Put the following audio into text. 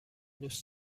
دوست